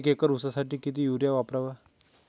एक एकर ऊसासाठी किती युरिया वापरावा?